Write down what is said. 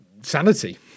sanity